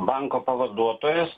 banko pavaduotojas